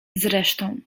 zresztą